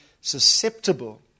susceptible